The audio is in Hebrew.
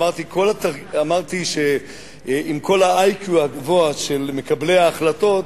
אמרתי שעם כל ה-IQ הגבוה של מקבלי ההחלטות,